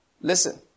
Listen